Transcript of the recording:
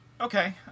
Okay